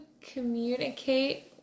communicate